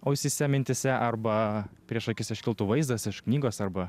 ausyse mintyse arba prieš akis iškiltų vaizdas iš knygos arba